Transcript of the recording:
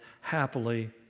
happily